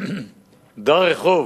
דר רחוב